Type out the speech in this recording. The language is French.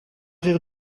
rire